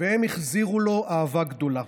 והם החזירו לו אהבה גדולה.